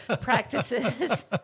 practices